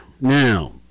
Now